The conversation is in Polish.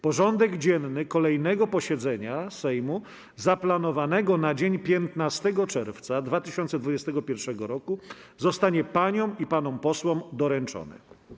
Porządek dzienny kolejnego posiedzenia Sejmu zaplanowanego na dzień 15 czerwca 2021 r. zostanie paniom i panom posłom doręczony.